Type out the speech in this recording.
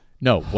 No